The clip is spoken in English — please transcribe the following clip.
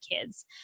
kids